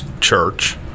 church